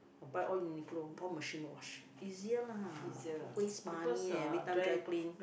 I buy all Uniqlo all machine wash easier lah waste money eh every time dry clean